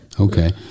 Okay